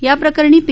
याप्रकरणी पी